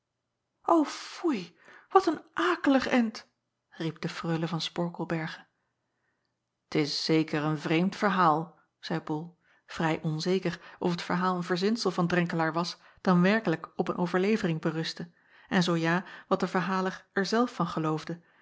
foei wat een akelig end riep de reule van porkelberghe t s zeker een vreemd verhaal zeî ol vrij onzeker of het verhaal een verzinsel van renkelaer was dan werkelijk op een overlevering berustte en zoo ja wat de verhaler er zelf van geloofde